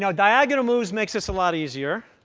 so diagonal moves makes this a lot easier